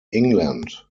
england